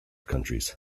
countries